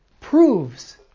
proves